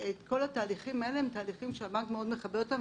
כל התהליכים האלה הם תהליכים שהבנק מאוד מכבד אותם.